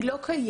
היא לא קיימת.